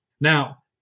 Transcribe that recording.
Now